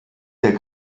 der